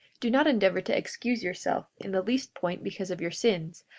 do not endeavor to excuse yourself in the least point because of your sins,